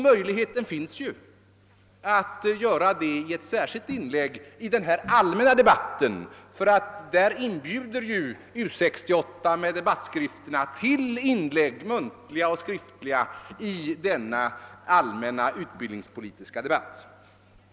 Möjligheten finns ju att göra det i ett tillägg i den allmänna debatten; U 68 inbjuder ju med debattskrifterna till muntliga och skriftliga inlägg i den allmänna utbildningspolitiska debatten.